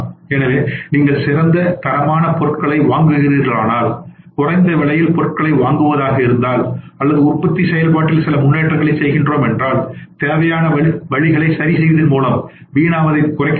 எனவே நீங்கள் சிறந்த தரமான பொருளை வாங்குகிறீர்களானால் குறைந்த விலையில் பொருளை வாங்குவதாக இருந்தால் அல்லது உற்பத்தி செயல்பாட்டில் சில முன்னேற்றங்களைச் செய்கிறோம் என்றால் தேவையற்ற வழிகளை சரி செய்வதன் மூலம் வீணாவதை குறைக்க முடியும்